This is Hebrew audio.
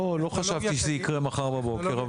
לא חשבתי שזה יקרה מחר בבוקר,